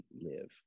live